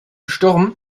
sturm